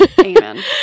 amen